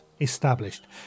established